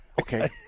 Okay